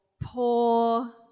poor